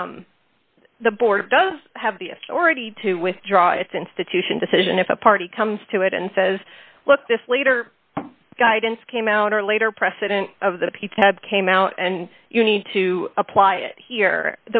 example the board does have the authority to withdraw its institution decision if a party comes to it and says look this later guidance came out or later precedent of the piece had came out and you need to apply it here